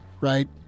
right